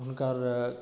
हुनकर